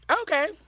Okay